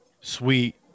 sweet